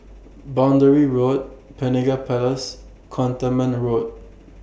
Boundary Road Penaga Place Cantonment Road